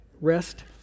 rest